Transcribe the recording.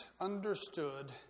understood